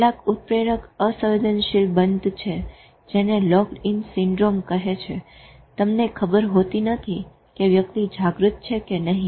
કેટલાક ઉત્પ્રેરક અસંવેદીનશીલમાં બંધ છે જેને લોકડ ઈન સિન્ડ્રોમ કહે છે તમને ખબર હોતી નથી કે વ્યક્તિ જાગ્રત છે કે નહી